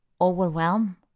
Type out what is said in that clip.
overwhelm